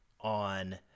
on